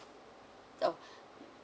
oh